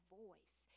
voice